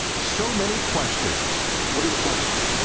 so many questions. what are your questions?